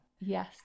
Yes